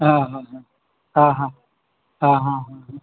હા હા હા હા હા હા હા હા હા